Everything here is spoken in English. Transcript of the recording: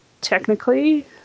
technically